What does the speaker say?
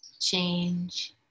change